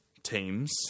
Teams